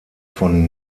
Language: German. von